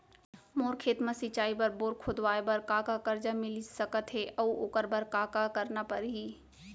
मोर खेत म सिंचाई बर बोर खोदवाये बर का का करजा मिलिस सकत हे अऊ ओखर बर का का करना परही?